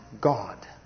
God